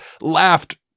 laughed